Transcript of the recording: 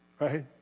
Right